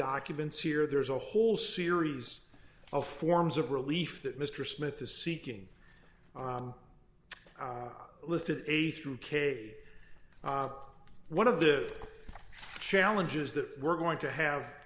documents here there's a whole series of forms of relief that mr smith is seeking listed a through k one of the challenges that we're going to have